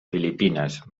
filipines